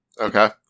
Okay